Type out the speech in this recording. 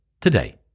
today